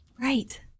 Right